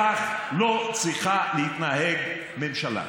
כך לא צריכה להתנהג ממשלה.